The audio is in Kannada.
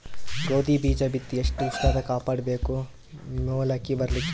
ಗೋಧಿ ಬೀಜ ಬಿತ್ತಿ ಎಷ್ಟ ಉಷ್ಣತ ಕಾಪಾಡ ಬೇಕು ಮೊಲಕಿ ಬರಲಿಕ್ಕೆ?